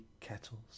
kettles